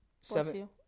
Seven